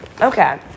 Okay